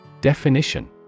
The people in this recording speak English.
Definition